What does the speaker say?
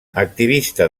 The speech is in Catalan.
activista